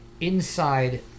inside